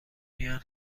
میان